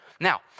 Now